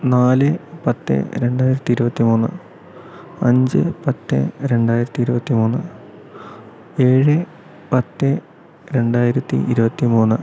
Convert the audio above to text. നാല് പത്ത് രണ്ടായിരത്തി ഇരുപത്തി മൂന്ന് അഞ്ച് പത്ത് രണ്ടായിരത്തി ഇരുപത്തി മൂന്ന് ഏഴ് പത്ത് രണ്ടായിരത്തി ഇരുപത്തി മൂന്ന്